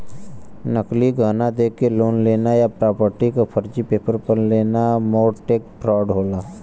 नकली गहना देके लोन लेना या प्रॉपर्टी क फर्जी पेपर पर लेना मोर्टगेज फ्रॉड होला